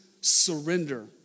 surrender